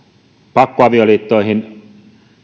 pakkoavioliittoihin